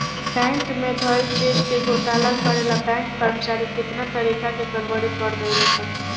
bank में धइल चीज के घोटाला करे ला बैंक कर्मचारी कितना तारिका के गड़बड़ी कर देवे ले सन